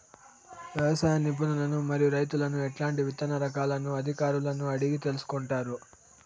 వ్యవసాయ నిపుణులను మరియు రైతులను ఎట్లాంటి విత్తన రకాలను అధికారులను అడిగి తెలుసుకొంటారు?